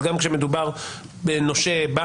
אבל גם כשמדובר בנושה,